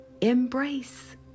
embrace